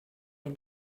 him